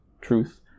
truth